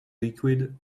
liquid